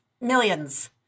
millions